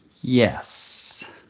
Yes